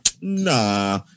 nah